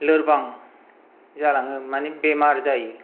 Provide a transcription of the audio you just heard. लोरबां जालाङो माने बेमार जायो